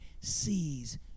sees